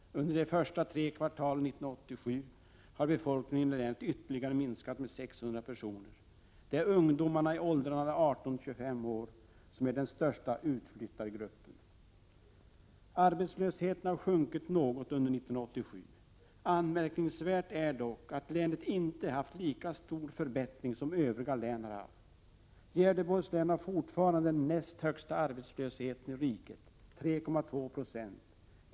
Under de första tre kvartalen 1987 har befolkningen i länet ytterligare minskat med 600 personer. Det är ungdomarna i åldrarna 18-25 år som är den största utflyttargruppen. Arbetslösheten har sjunkit något under 1987. Anmärkningsvärt är dock att länet inte haft en lika stor förbättring som övriga län har haft. Gävleborgs län har fortfarande den näst högsta arbetslösheten i riket, 3,2 20.